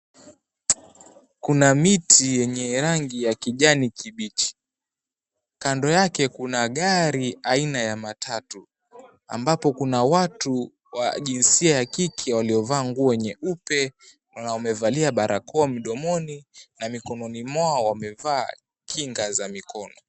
Kuna miti yenye rangi ya kijani kibichi. Kando yake kuna gari aina ya matatu, ambapo kuna watu wa jinsia ya kike waliovaa nguo nyeupe, na wamevalia barakoa midomoni, na mikononi mwao wamevaa kinga za mikono.